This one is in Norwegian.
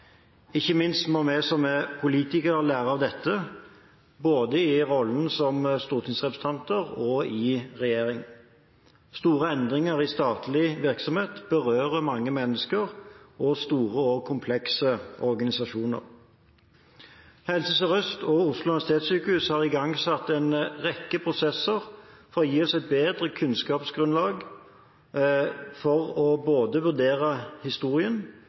dette, både i rollen som stortingsrepresentanter og i regjering. Store endringer i statlig virksomhet berører mange mennesker og store og komplekse organisasjoner. Helse Sør-Øst og Oslo universitetssykehus har igangsatt en rekke prosesser for å gi oss et bedre kunnskapsgrunnlag både for å vurdere historien